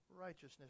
Righteousness